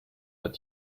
hat